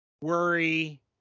worry